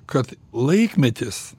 kad laikmetis